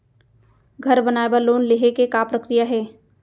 घर बनाये बर लोन लेहे के का प्रक्रिया हे?